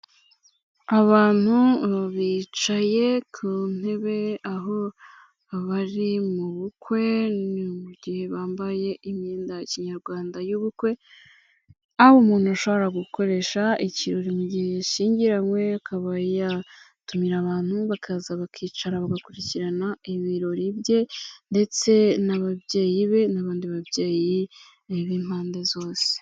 Abantu bicaye ku ntebe aho bari mu bukwe, ni mu gihe bambaye imyenda ya kinyarwanda y'ubukwe, aho umuntu ashobora gukoresha ikirori mu gihe yashyingiranywe akaba yatumira abantu bakaza bakicara bagakurikirana ibirori bye, ndetse n'ababyeyi be n'abandi babyeyi b'impande zose.